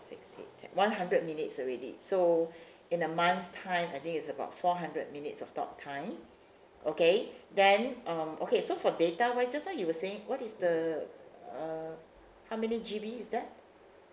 six eight ten one hundred minutes already so in a month's time I think is about four hundred minutes of talk time okay then um okay so for data wise just now you were saying what is the uh how many G_B is that